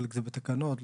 חלק בתקנות,